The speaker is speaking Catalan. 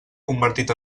convertit